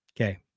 Okay